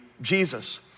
Jesus